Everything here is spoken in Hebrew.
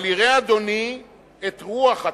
אבל יראה אדוני את רוח התקנון,